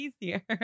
easier